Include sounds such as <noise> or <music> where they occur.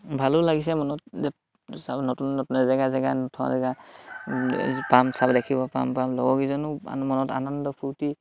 ভালো লাগিছে মনত নতুন নতুন জেগা জেগা <unintelligible> জেগা পাম চাব দেখিব পাম পাম লগৰ কেইজনো মনত আনন্দ ফূৰ্তি